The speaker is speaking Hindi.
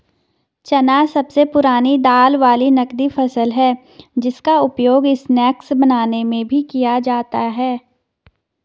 चना सबसे पुरानी दाल वाली नगदी फसल है जिसका उपयोग स्नैक्स बनाने में भी किया जाता है